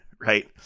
right